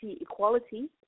equality